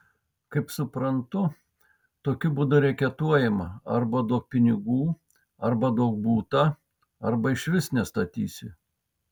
kaip suprantu tokiu būdu reketuojama arba duok pinigų arba duok butą arba išvis nestatysi